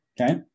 okay